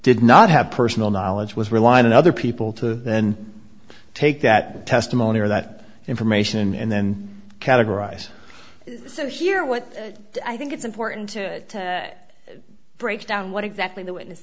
did not have personal knowledge was relying on other people to then take that testimony or that information and then categorize it so here what i think it's important to break down what exactly the witness